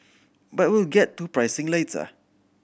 but we'll get to pricing later